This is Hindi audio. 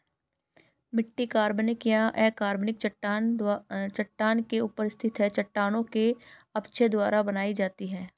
मिट्टी कार्बनिक या अकार्बनिक चट्टान के ऊपर स्थित है चट्टानों के अपक्षय द्वारा बनाई जाती है